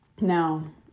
Now